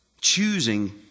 Choosing